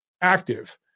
active